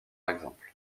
exemple